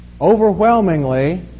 Overwhelmingly